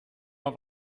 auf